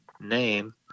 name